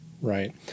Right